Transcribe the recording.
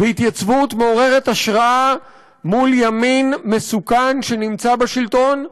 והתייצבות מעוררת השראה מול ימין מסוכן שנמצא בשלטון,